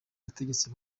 bategetsi